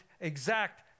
exact